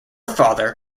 father